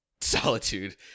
solitude